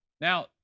Now